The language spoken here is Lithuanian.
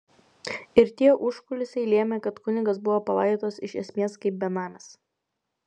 ir tie užkulisiai lėmė kad kunigas buvo palaidotas iš esmės kaip benamis